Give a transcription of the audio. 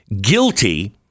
guilty